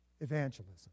evangelism